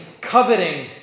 coveting